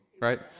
right